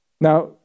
Now